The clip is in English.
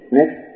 Next